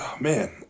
man